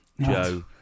Joe